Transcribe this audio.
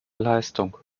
leistung